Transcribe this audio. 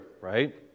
right